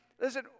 listen